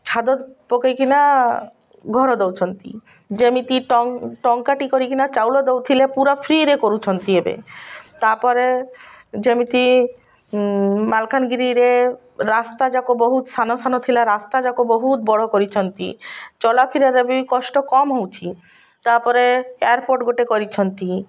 ଛାତ ପକେଇକିନା ଘର ଦେଉଛନ୍ତି ଯେମିତି ଟଙ୍କାଟି କରିକିନା ଚାଉଲ ଦେଉଥିଲେ ପୁରା ଫ୍ରିରେ କରୁଛନ୍ତି ଏବେ ତାପରେ ଯେମିତି ମାଲକାନଗିରିରେ ରାସ୍ତା ଯାକ ବହୁତ ସାନ ସାନ ଥିଲା ରାସ୍ତା ଯାକ ବହୁତ ବଡ଼ କରିଛନ୍ତି ଚଲା ଫିରାରେ ବି କଷ୍ଟ କମ୍ ହେଉଛି ତାପରେ ଏୟାରପୋର୍ଟ ଗୋଟେ କରିଛନ୍ତି